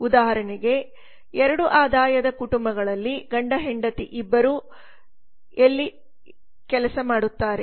ಉದಾಹರಣೆಗೆ ಏರಡು ಆದಾಯದ ಕುಟುಂಬಗಳಲ್ಲಿ ಗಂಡ ಹೆಂಡತಿ ಇಬ್ಬರೂ ಎಲ್ಲೂ ಕೆಲಸ ಮಾಡುತ್ತಾರೆ